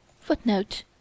footnote